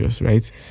right